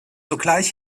sogleich